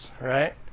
right